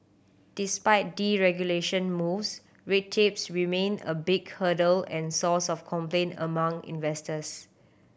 despite deregulation moves red tapes remain a big hurdle and source of complaint among investors